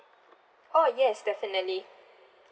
oh yes definitely